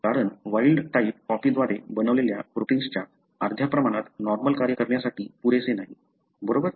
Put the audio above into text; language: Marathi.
कारण वाइल्ड टाईप कॉपीद्वारे बनवलेल्या प्रोटिन्सच्या अर्ध्या प्रमाणात नॉर्मल कार्य करण्यासाठी पुरेसे नाही बरोबर